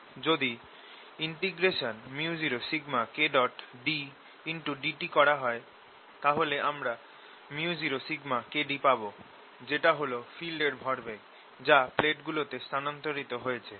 যদি µ0Kd dt করা হয় আমরা µ0Kd পাবো যেটা হল ফিল্ডের ভরবেগ যা প্লেট গুলোতে স্থানান্তরিত হয়েছে